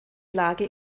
lage